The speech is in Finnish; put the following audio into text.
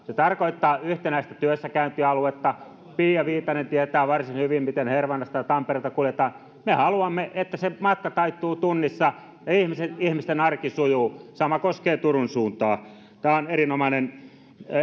se tarkoittaa yhtenäistä työssäkäyntialuetta pia viitanen tietää varsin hyvin miten hervannasta ja tampereelta kuljetaan me haluamme että se matka taittuu tunnissa ja ihmisten arki sujuu sama koskee turun suuntaa tämä on erinomainen